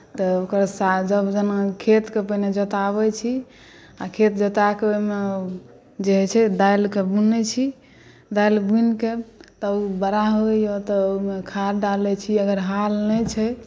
तऽ ओकर साग जेना खेतकेँ पहिने जोताबैत छी आ खेत जोता कऽ ओहिमे जे होइत छै दालिकेँ बुनैत छी दालि बुनिके तऽ ओ बड़ा होइए तऽ ओहिमे खाद डालैत छी अगर हाल नहि छै